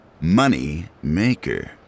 Moneymaker